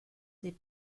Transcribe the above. des